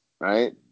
right